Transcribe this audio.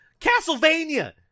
Castlevania